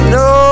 no